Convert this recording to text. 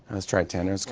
let's try it, tanner.